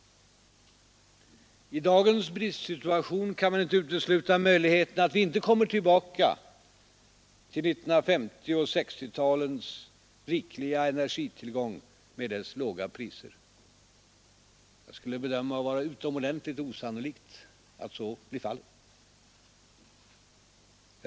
I dagens bristsituation kan man inte utesluta möjligheten att vi icke kommer tillbaka till 1950 och 1960-talens rikliga energitillgång med dess låga priser. Jag skulle bedöma det som utomordentligt osannolikt att så blir fallet.